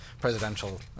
presidential